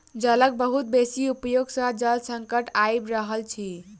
जलक बहुत बेसी उपयोग सॅ जल संकट आइब रहल अछि